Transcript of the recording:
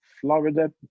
Florida